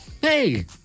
Hey